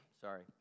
Sorry